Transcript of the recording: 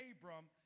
Abram